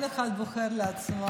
כל אחד בוחר לעצמו.